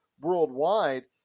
worldwide